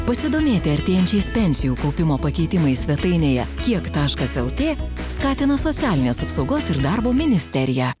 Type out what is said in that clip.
pasidomėti artėjančiais pensijų kaupimo pakeitimais svetainėje kiek taškas lt skatina socialinės apsaugos ir darbo ministerija